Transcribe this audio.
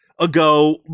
ago